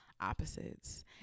Opposites